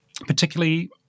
particularly